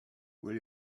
will